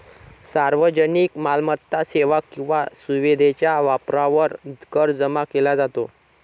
सार्वजनिक मालमत्ता, सेवा किंवा सुविधेच्या वापरावर कर जमा केला जातो